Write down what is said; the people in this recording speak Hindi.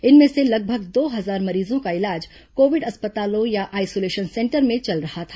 इनमें से लगभग दो हजार मरीजों का इलाज कोविड अस्पतालों या आइसोलेशन सेंटर में चल रहा था